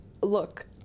look